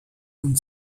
con